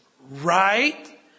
Right